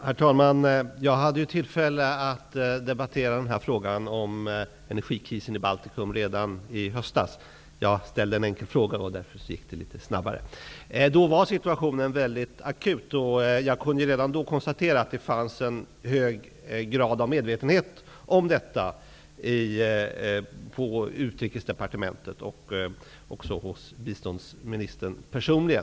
Herr talman! Jag hade tillfälle att debattera frågan om energikrisen i Baltikum redan i höstas. Jag ställde en enkel fråga, och därför gick hanteringen litet snabbare. Situationen var då mycket akut. Jag kunde redan då konstatera att det fanns en hög grad av medvetenhet om detta på Utrikesdepartementet och hos biståndsministern personligen.